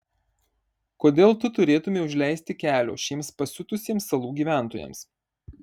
kodėl tu turėtumei užleisti kelio šiems pasiutusiems salų gyventojams